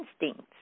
instincts